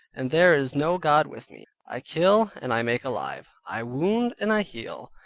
and there is no god with me, i kill and i make alive, i wound and i heal,